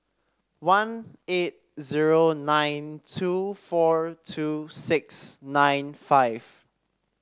one eight zero nine two four two six nine five